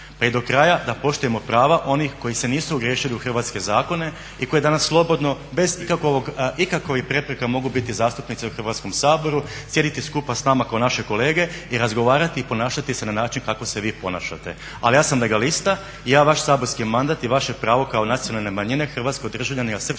Pa i do kraja da poštujemo prava onih koji se nisu ogriješili o hrvatske zakone i koji danas slobodno bez ikakvih prepreka mogu biti zastupnici u Hrvatskom saboru, sjediti skupa s nama kao naše kolege i razgovarati i ponašati se na način kako se vi ponašate. Ali ja sam legalista i ja vaš saborski mandat i vaše pravo kao nacionalne manjine, hrvatskog državljanina srpske